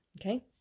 okay